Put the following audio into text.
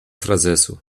frazesu